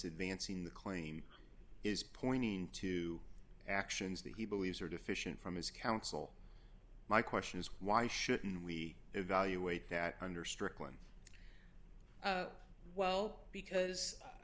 advancing the claim is pointing to actions that he believes are deficient from his counsel my question is why shouldn't we evaluate that under strickland well because